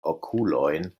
okulojn